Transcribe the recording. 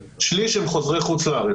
שליש הם חוזרי חו"ל,